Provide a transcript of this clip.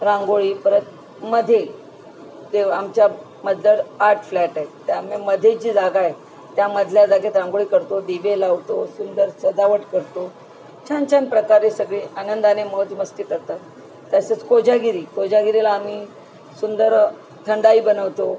रांगोळी परत मधे ते आमच्या मजल्यात आठ फ्लॅट एत त्यामुळे मधे जी जागाए त्या मधल्या जागेत रांगोळी करतो दिवे लावतो सुंदर सजावट करतो छान छान प्रकारे सगळे आनंदाने मोज मस्ती करतात तसेच कोजागिरी कोजागिरीला आम्ही सुंदर थंडाई बनवतो